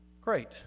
great